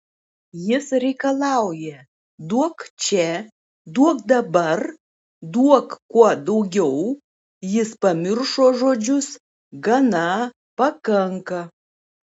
jis reikalauja duok čia duok dabar duok kuo daugiau jis pamiršo žodžius gana pakanka